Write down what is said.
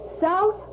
South